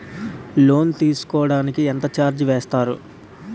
Loan తీసుకోడానికి ఎంత charges వేస్తారు?